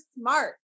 smart